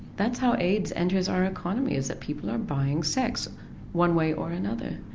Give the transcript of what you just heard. that's how aids enters our economy is that people are buying sex one way or another.